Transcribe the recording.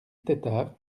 tetart